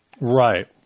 right